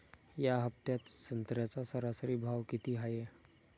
या हफ्त्यात संत्र्याचा सरासरी भाव किती हाये?